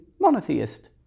monotheist